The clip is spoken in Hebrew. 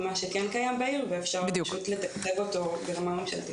מה שכן קיים בעיר ואפשר פשוט לדקדק אותו ברמה ממשלתית.